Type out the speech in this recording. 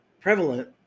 prevalent